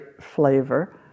flavor